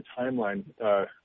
timeline